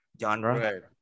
genre